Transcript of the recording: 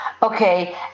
Okay